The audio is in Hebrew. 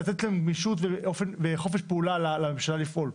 לתת לממשלה גמישות וחופש פעולה לפעול.